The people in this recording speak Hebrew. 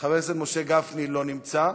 חבר הכנסת משה גפני לא נמצא,